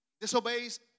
Disobeys